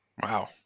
Wow